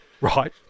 Right